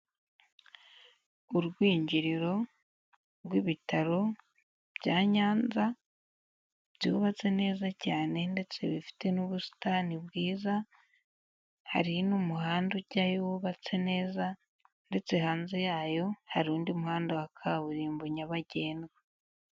Urwinjiriro rw'ibitaro bya Nyanza, byubatse neza cyane ndetse bifite n'ubusitani bwiza, hari n'umuhanda ujyayo wubatse neza ndetse hanze yayo hari undi muhanda wa kaburimbo nyabagendwa.